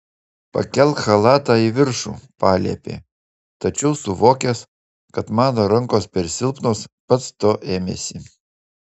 pakelk chalatą į viršų paliepė tačiau suvokęs kad mano rankos per silpnos pats to ėmėsi